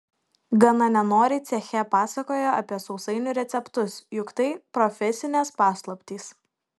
gana nenoriai ceche pasakojo apie sausainių receptus juk tai profesinės paslaptys